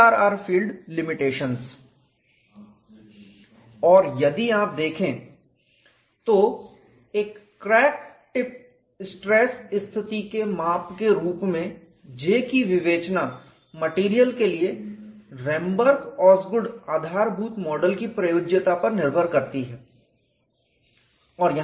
HRR field limitations और यदि आप देखें तो एक क्रैक टिप स्ट्रेस स्थिति के माप के रूप में J की विवेचना मटेरियल के लिए रेमबर्ग ओसगुड आधारभूत मॉडल की प्रयोज्यता पर निर्भर करती है